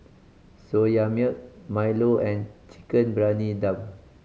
Soya Milk milo and Chicken Briyani Dum